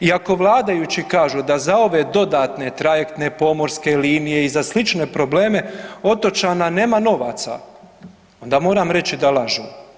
I ako vladajući kažu da za ove dodatne trajektne pomorske linije i za slične probleme otočana nema novaca, onda moram reći da lažu.